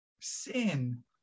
sin